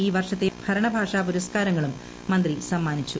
ഈ വർഷത്തെ ഭരണഭാഷാ പുരസ്കാരങ്ങളും മന്ത്രി സമ്മാനിച്ചു